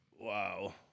Wow